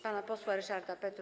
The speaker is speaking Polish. pana posła Ryszarda Petru.